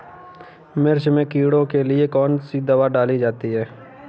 मिर्च में कीड़ों के लिए कौनसी दावा डाली जाती है?